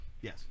Yes